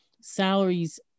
salaries